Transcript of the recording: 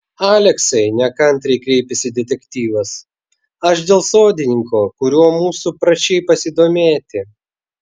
aleksai nekantriai kreipėsi detektyvas aš dėl sodininko kuriuo mūsų prašei pasidomėti